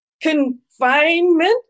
confinement